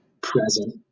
present